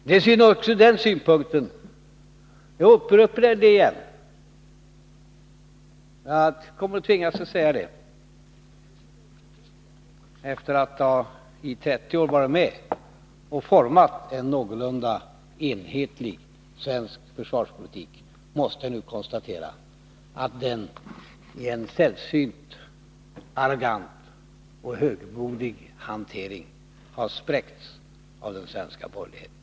Det är synd också ur den synpunkten — jag tvingas att säga det — att efter att i 30 år ha varit med och format en någorlunda enhetlig svensk försvarspolitik måste jag nu konstatera att denna i en sällsynt arrogant och högmodig hantering har spräckts av den svenska borgerligheten.